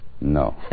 No